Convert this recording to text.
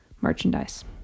merchandise